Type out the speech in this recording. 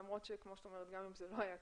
למרות שכמו שאת אומרת גם אם זה לא היה כתוב,